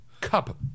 cup